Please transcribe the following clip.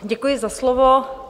Děkuji za slovo.